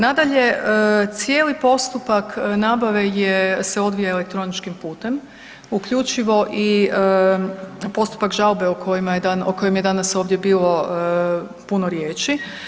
Nadalje, cijeli postupak nabave se odvija elektroničkim putem, uključivo i postupak žalbe o kojem je danas ovdje bilo puno riječi.